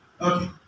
Okay